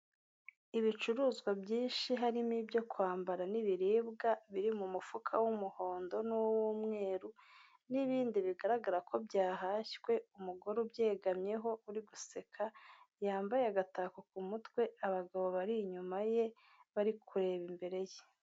Ibicuruzwa byinshi harimo ibyo kwambara n'ibiribwa biri mu mufuka w'umuhondo n'uw'umweru, n'ibindi bigaragara ko byahashywe ku mugore ubyegamyeho uri guseka, yambaye agatakako ku mutwe, abagabo bari inyuma ye, bari kureba imbere ye.